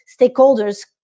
stakeholders